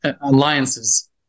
alliances